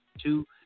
two